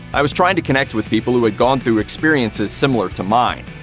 i was trying to connect with people who had gone through experiences similar to mine.